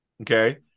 Okay